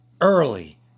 early